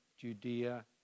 Judea